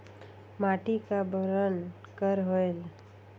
माटी का बरन कर होयल?